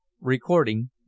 Recording